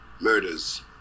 murders